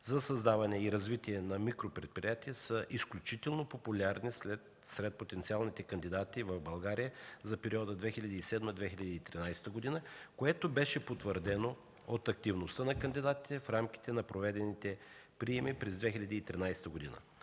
за създаване и развитие на микропредприятия”, са изключително популярни сред потенциалните кандидати в България за периода 2007-2013 г., което беше потвърдено от активността на кандидатите в рамките на проведените приеми през 2013 г.